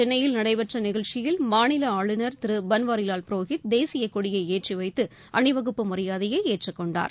சென்னையில் நடைபெற்ற நிகழ்ச்சியில் மாநில ஆளுநர் திரு பன்வாரிலால் புரோஹித் தேசியக்கொடியை ஏற்றிவைத்து அணிவகுப்பு மரியாதையை ஏற்றுக்கொண்டார்